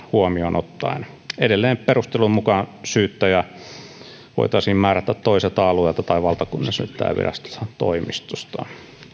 huomioon ottaen edelleen perustelujen mukaan syyttäjä voitaisiin määrätä toiselta alueelta tai valtakunnansyyttäjänviraston toimistosta